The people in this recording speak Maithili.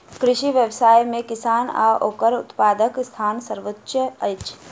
कृषि व्यवसाय मे किसान आ ओकर उत्पादकक स्थान सर्वोच्य अछि